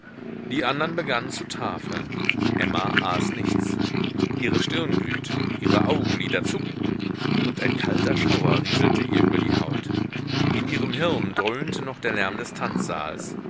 die andern begannen zu tafeln emma aß nichts ihre stirn glühte ihre augenlider zuckten und ein kalter schauer rieselte ihr über die haut in ihrem hirn dröhnte noch der lärm des